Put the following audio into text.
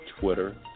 Twitter